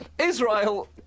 Israel